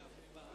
סליחה,